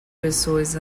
pessoas